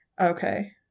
Okay